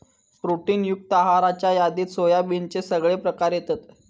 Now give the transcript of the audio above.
protein युक्त आहाराच्या यादीत सोयाबीनचे सगळे प्रकार येतत